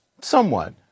Somewhat